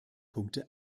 punkte